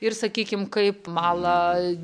ir sakykim kaip mala